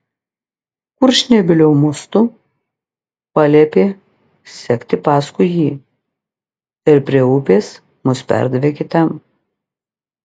kurčnebylio mostu paliepė sekti paskui jį ir prie upės mus perdavė kitam